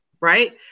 right